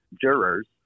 jurors